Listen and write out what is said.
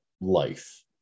life